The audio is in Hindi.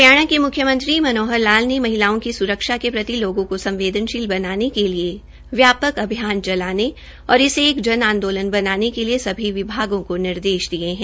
हरियाणा के म्ख्यमंत्री मनोहर लाल ने महिलाओं की स्रक्षा के प्रति लोगों को संवदेनशील बनाने के लिए व्यापक अभियान चलाने और इसे एक जन आंदोलन बनाने के लिए सभी विभागों को निर्देश दिये है